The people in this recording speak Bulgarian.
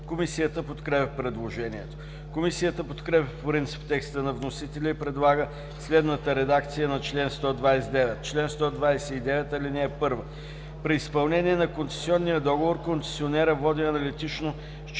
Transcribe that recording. Комисията подкрепя предложението. Комисията подкрепя по принцип текста на вносителя и предлага следната редакция на чл. 129: „Чл. 129. (1) При изпълнение на концесионния договор концесионерът води аналитично счетоводно